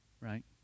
right